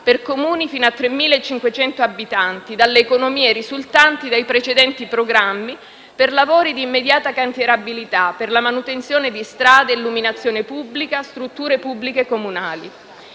per Comuni fino a 3.500 abitanti dalle economie risultanti dai precedenti programmi per lavori di immediata cantierabilità per la manutenzione di strade, illuminazione pubblica e strutture pubbliche comunali.